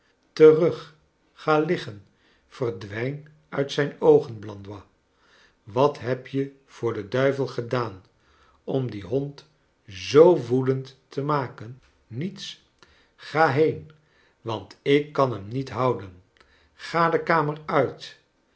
terug ga liggen verdwrjn uit zijn oogen blandois i wat heb je voor den duivel gedaan om dien hond zoo woedend te maken v niets ga heen want ik kan hem niet houden ga de kamer uit